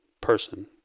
person